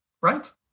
right